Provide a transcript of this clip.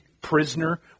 prisoner